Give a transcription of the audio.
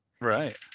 Right